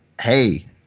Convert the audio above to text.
Hey